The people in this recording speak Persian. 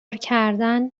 کردن